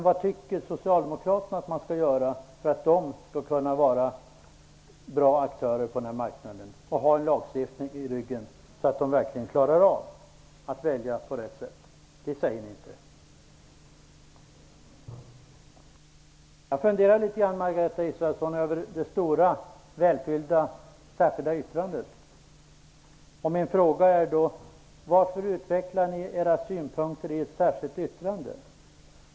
Vad tycker ni att man skall göra för att de skall kunna vara bra aktörer på marknaden och ha en lagstiftning i ryggen, så att de verkligen klarar av att välja på rätt sätt? Det säger ni inte. Jag funderar litet över det långa och välfyllda särskilda yttrandet, och min fråga är: Varför utvecklar ni era synpunkter i ett särskilt yttrande?